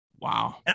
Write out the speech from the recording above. Wow